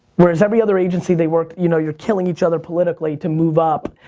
whereas every other agency they worked, you know, you're killing each other politically to move up.